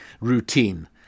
routine